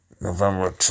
November